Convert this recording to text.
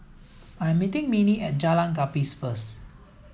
I'm meeting Minnie at Jalan Gapis first